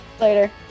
Later